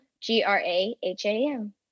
g-r-a-h-a-m